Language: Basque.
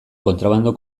kontrabando